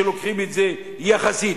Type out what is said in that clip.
לוקחים את זה יחסית.